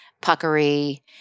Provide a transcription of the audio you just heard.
puckery